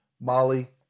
Molly